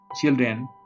children